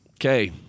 Okay